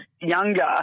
younger